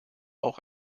auch